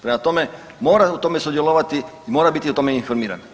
Prema tome, mora u tome sudjelovati i mora biti o tome informiran.